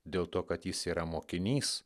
dėl to kad jis yra mokinys